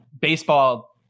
baseball